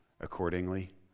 accordingly